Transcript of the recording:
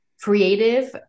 creative